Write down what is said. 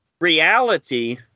reality